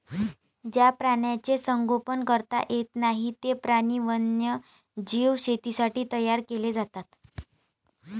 ज्या प्राण्यांचे संगोपन करता येत नाही, ते प्राणी वन्यजीव शेतीसाठी तयार केले जातात